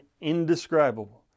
indescribable